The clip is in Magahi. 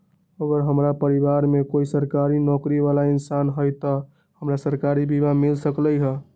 अगर हमरा परिवार में कोई सरकारी नौकरी बाला इंसान हई त हमरा सरकारी बीमा मिल सकलई ह?